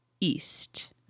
east